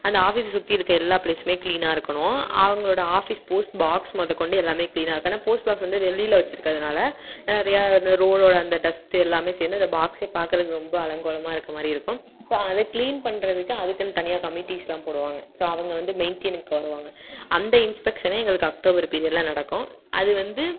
அந்த ஆஃபீஸை சுற்றி இருக்க எல்லா ப்ளேஸுமே க்ளீனாக இருக்கணும் அவங்களோட ஆஃபீஸ் போஸ்ட் பாக்ஸ் முத கொண்டு எல்லாமே க்ளீனாக இருக்கணும் ஏன்னா போஸ்ட் பாக்ஸ் வந்து வெளியில் வச்சுருக்குறதுனால நிறையா இந்த ரோடோட அந்த டஸ்ட்டு எல்லாமே சேர்ந்து அந்த பாக்ஸயே பார்க்குறதுக்கு ரொம்ப அலங்கோலமாக இருக்கமாதிரி இருக்கும் ஸோ அதை க்ளீன் பண்ணுறதுக்கு அதுக்குன்னு தனியாக கமிட்டிஸ்லாம் போடுவாங்க ஸோ அவங்க வந்து மெயின்டெய்னுக்கு வருவாங்க அந்த இன்ஸ்பெக்ஷனே எங்களுக்கு அக்டோபர் பீரியட்டில் நடக்கும் அது வந்து